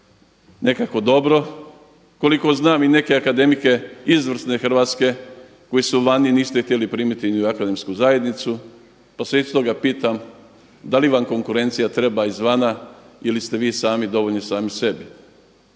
nekakvo dobro. Koliko znam i neke akademike izvrsne hrvatske koji su vani, niste ih htjeli primiti ni u Akademsku zajednicu, pa se iz toga pitam da li vam konkurencija treba izvana ili ste vi sami dovoljni sami sebi.